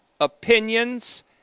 opinions